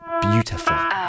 Beautiful